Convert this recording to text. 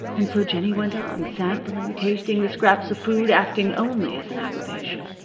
and so jennie went on, sampling, tasting, the scraps of food acting only as an aggravation.